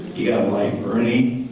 yeah like burney,